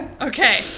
Okay